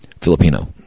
Filipino